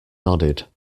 nodded